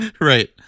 Right